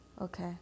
okay